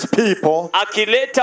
people